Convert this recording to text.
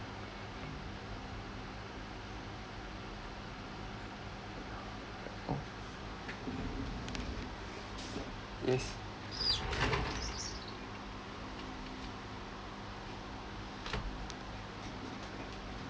yes